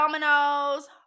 dominoes